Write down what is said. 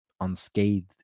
unscathed